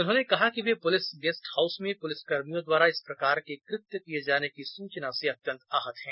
उन्होंने कहा कि वे पुलिस गेस्ट हाउस में पुलिस कर्मियों द्वारा इस प्रकार के कृत्य किये जाने की सूचना से अत्यंत आहत हैं